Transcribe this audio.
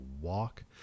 walk